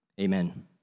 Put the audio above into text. Amen